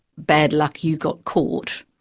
bad luck, you got caught,